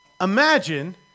Imagine